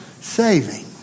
saving